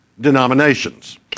denominations